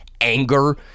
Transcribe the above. anger